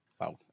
Wow